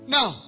Now